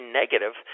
negative